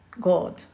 God